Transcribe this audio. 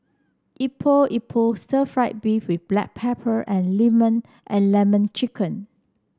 Epok Epok stir fry beef with Black Pepper and lemon and lemon chicken